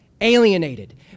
alienated